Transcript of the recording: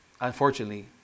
unfortunately